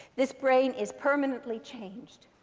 this brain is permanently changed.